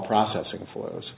processing for those